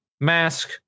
mask